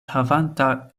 havanta